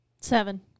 Seven